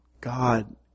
God